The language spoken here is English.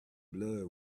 blood